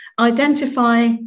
Identify